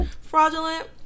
fraudulent